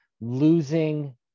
losing